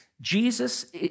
Jesus